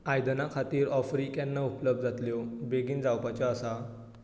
आयदनां खातीर ऑफरी केन्ना उपलब्ध जातल्यो बेगीन जावपाच्यो आसा